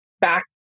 back